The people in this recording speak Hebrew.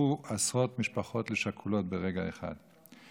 הפכו עשרות משפחות לשכולות ברגע אחד.